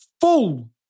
full